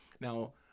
Now